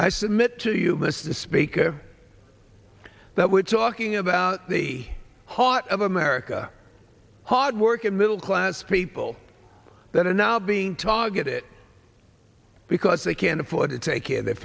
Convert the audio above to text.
i submit to you mr speaker that we're talking about the heart of america hardworking middle class people that are now being targeted because they can't afford to take care of their